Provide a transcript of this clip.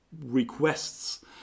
requests